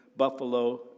Buffalo